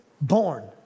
born